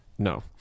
No